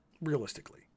Realistically